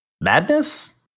Madness